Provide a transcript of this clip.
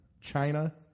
China